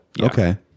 Okay